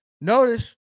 Notice